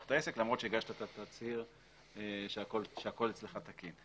את העסק למרות שהגשת את התצהיר שהכול אצלך תקין.